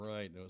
Right